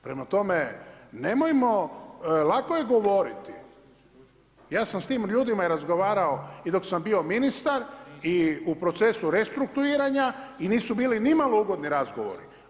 Prema tome, nemojmo, lako je govoriti, ja sam s tim ljudima i razgovarao i dok sam bio ministar i u procesu restrukturiranja i nisu bili nimalo ugodni razgovori.